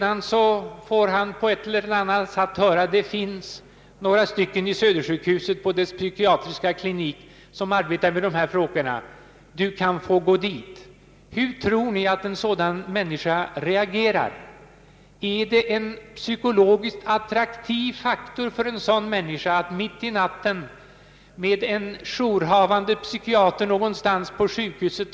Hon får på ett eller annat sätt höra att det finns några personer på Södersjukhusets psykiatriska klinik, som arbetar med dessa frågor. Du kan få gå dit, säger man. Hur tror ni att en sådan människa reagerar? Är det en psykologiskt attraktiv faktor för en sådan människa att mitt i natten ta sig fram till en jourhavande psykiater någonstans på sjukhuset?